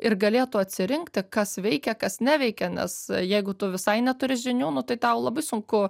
ir galėtų atsirinkti kas veikia kas neveikia nes jeigu tu visai neturi žinių nu tai tau labai sunku